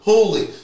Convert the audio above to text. Holy